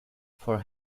for